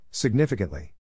Significantly